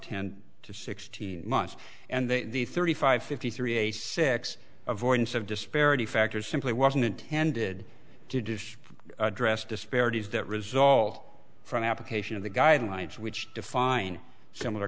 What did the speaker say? tend to sixteen months and the thirty five fifty three eighty six avoidance of disparity factors simply wasn't intended to do address disparities that result from the application of the guidelines which define similar